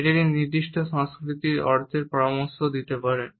এটি নির্দিষ্ট সংস্কৃতিতে অর্থের পরামর্শও দিতে পারে